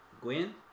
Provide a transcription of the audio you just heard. Gwen